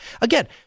Again